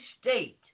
State